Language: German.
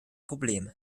problem